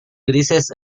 grises